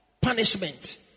punishment